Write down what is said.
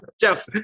Jeff